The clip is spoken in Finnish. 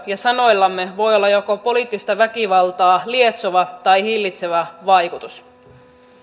ja sanoillamme voi olla joko poliittista väkivaltaa lietsova tai hillitsevä vaikutus